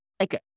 Okay